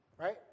right